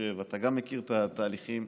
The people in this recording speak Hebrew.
אתה מכיר את התהליכים,